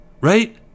right